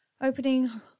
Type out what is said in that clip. opening